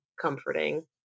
comforting